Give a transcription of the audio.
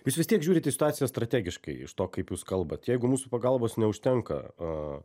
jūs vis tiek žiūrit į situaciją strategiškai iš to kaip jūs kalbat jeigu mūsų pagalbos neužtenka